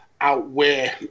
outweigh